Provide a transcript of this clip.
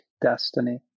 destiny